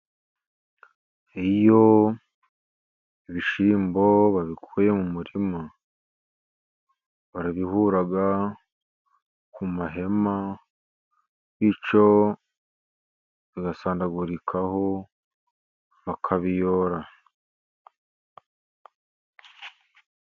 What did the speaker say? Iyo ibishyimbo babikuye mu murima, barabihura ku mahema, bityo bigasandagurikaho bakabiyora.